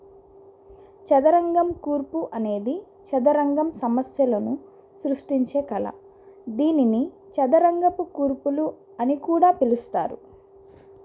చదరంగం కూర్పు అనేది చదరంగం సమస్యలను సృష్టించే కళ దీనిని చదరంగపు కూర్పులు అని కూడా పిలుస్తారు